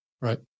Right